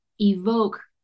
evoke